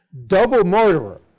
double murderer!